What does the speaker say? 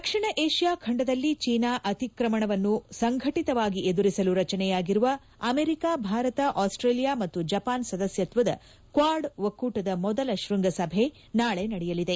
ದಕ್ಷಿಣ Asia ಖಂಡದಲ್ಲಿ China ಅತಿಕ್ರಮಣವನ್ನು ಸಂಘಟಿತವಾಗಿ ಎದುರಿಸಲು ರಚನೆಯಾಗಿರುವ ಅಮೆರಿಕ ಭಾರತ ಆಸ್ವೇಲಿಯಾ ಮತ್ತು ಜಪಾನ್ ಸದಸ್ಯತ್ವದ ಕ್ವಾಡ್ ಒಕ್ಕೂಟದ ಮೊದಲ ಶೃಂಗಸಭೆ ನಾಳೆ ನಡೆಯಲಿದೆ